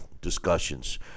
discussions